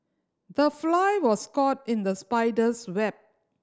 the fly was caught in the spider's web